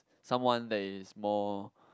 someone that is more